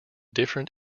different